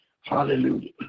Hallelujah